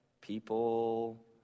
people